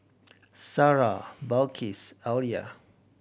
Sarah Balqis Alya